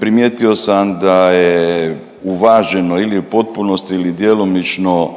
primijetio sam da je uvaženo ili u potpunosti ili djelomično